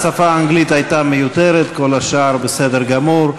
השפה האנגלית הייתה מיותרת, כל השאר בסדר גמור.